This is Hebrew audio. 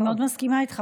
אני מאוד מסכימה איתך.